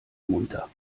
munter